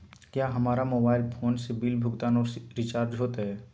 क्या हमारा mobile phone से बिल भुगतान और रिचार्ज होते?